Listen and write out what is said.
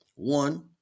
one